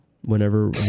Whenever